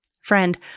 Friend